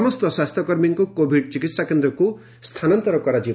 ସମସ୍ତ ସ୍ୱାସ୍ଥ୍ୟକର୍ମୀଙ୍କୁ କୋଭିଡ ଚିକିହା କେନ୍ଦ୍ରକୁ ସ୍ନାନାନ୍ତର କରାଯିବ